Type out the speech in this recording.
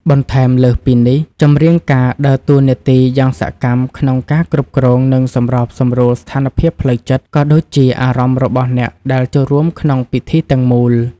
បន្ថែមលើសពីនេះ ចម្រៀងការដើរតួនាទីយ៉ាងសកម្មក្នុងការគ្រប់គ្រង និងសម្របសម្រួលស្ថានភាពផ្លូវចិត្ត ក៏ដូចជាអារម្មណ៍របស់អ្នកដែលចូលរួមក្នុងពិធីទាំងមូល។